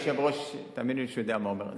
היושב-ראש, תאמיני לי שהוא יודע מה הוא אומר.